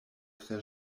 tre